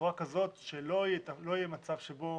בצורה כזאת שלא יהיה מצב שבו